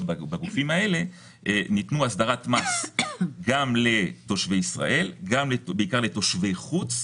בגופים האלה ניתנה הסדרת מס גם לתושבי ישראל ובעיקר לתושבי חוץ.